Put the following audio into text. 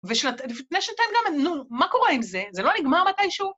ולפני שנתיים גם, נו, מה קורה עם זה? זה לא נגמר מתישהו?